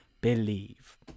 believe